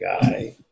guy